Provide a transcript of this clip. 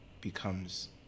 becomes